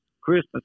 Christmas